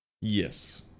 Yes